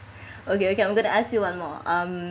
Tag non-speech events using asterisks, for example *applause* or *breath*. *breath* okay okay I'm going to ask you one more um